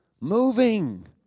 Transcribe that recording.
moving